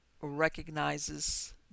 recognizes